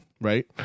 right